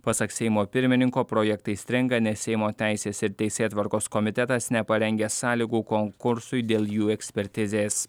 pasak seimo pirmininko projektai stringa nes seimo teisės ir teisėtvarkos komitetas neparengė sąlygų konkursui dėl jų ekspertizės